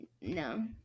No